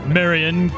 Marion